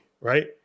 right